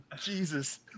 Jesus